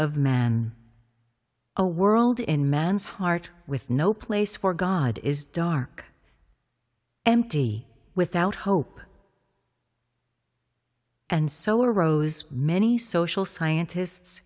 of man a world in man's heart with no place for god is dark empty without hope and so arose many social scientists